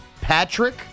Patrick